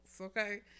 okay